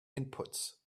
inputs